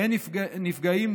אין נפגעים,